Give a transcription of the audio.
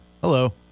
Hello